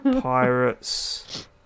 Pirates